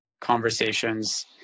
conversations